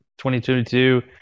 2022